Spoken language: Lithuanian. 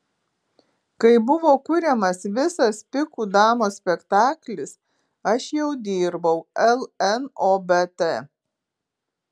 kai buvo kuriamas visas pikų damos spektaklis aš jau dirbau lnobt